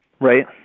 Right